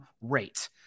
rate